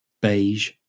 beige